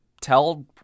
tell